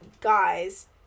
guys